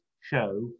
show